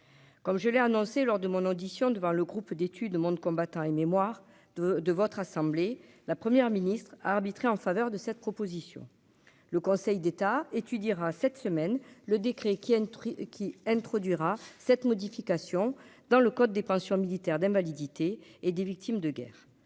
comme je l'ai annoncé lors de mon audition devant le Groupe d'études le monde combattant et mémoire de de votre assemblée, la première ministre a arbitré en faveur de cette proposition, le Conseil d'État étudiera cette semaine le décret qui a une qui introduira cette modification dans le code des pensions militaires d'invalidité et des victimes de guerre